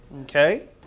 Okay